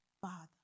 father